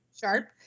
sharp